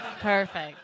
Perfect